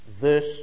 verse